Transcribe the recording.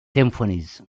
symphonies